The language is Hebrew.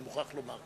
אני מוכרח לומר.